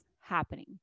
happening